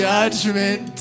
Judgment